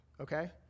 okay